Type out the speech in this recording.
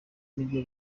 n’ibyo